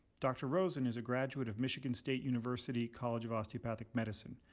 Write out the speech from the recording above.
dr. rosen is a graduate of michigan state university college of osteopathic medicine.